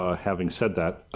ah having said that, i